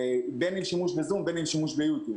בין אם בשימוש בזום ובין אם בשימוש ביוטיוב.